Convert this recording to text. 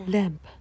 Lamp